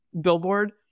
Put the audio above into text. billboard